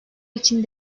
için